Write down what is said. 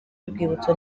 y’urwibutso